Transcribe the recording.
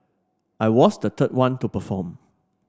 I was the third one to perform